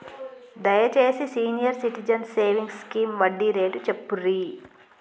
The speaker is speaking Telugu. దయచేసి సీనియర్ సిటిజన్స్ సేవింగ్స్ స్కీమ్ వడ్డీ రేటు చెప్పుర్రి